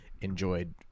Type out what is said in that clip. enjoyed